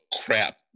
crap